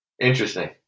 Interesting